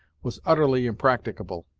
was utterly impracticable,